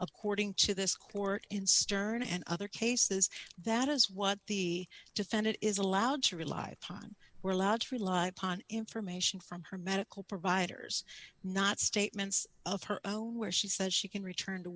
according to this court in stern and other cases that is what the defendant is allowed to rely upon were allowed free live paan information from her medical providers not statements of her own where she says she can return to